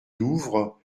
douvres